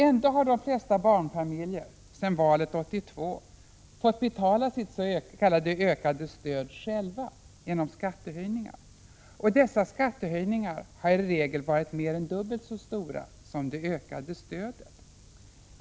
Ändå har de flesta barnfamiljer sedan valet 1982 fått betala sitt s.k. ökade stöd själva genom skattehöjningar, som i regel varit mer än dubbelt så stora som det ökade stödet.